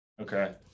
okay